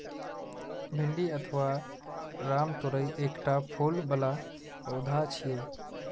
भिंडी अथवा रामतोरइ एकटा फूल बला पौधा छियै